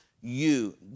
you